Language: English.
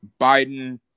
Biden